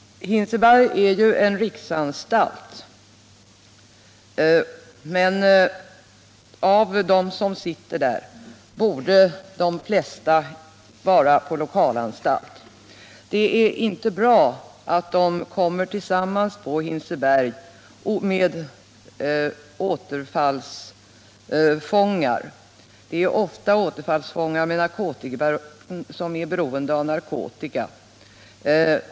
Hinseberg är ju en riksanstalt, men av dem som är intagna där borde de flesta vara på lokalanstalt. Det är inte bra att de kommer tillsammans Nr 24 på Hinseberg med återfallsfångar, som ofta är beroende av narkotika.